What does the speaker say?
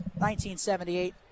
1978